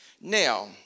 Now